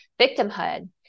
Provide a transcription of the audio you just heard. victimhood